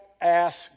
ask